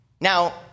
Now